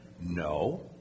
No